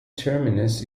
terminus